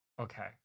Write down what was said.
okay